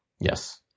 Yes